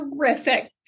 terrific